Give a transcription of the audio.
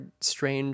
strange